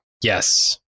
Yes